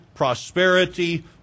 prosperity